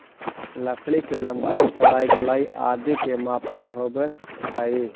लकड़ी के लम्बाई, चौड़ाई, गोलाई आदि के मापन होवऽ हइ